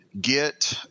get